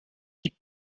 die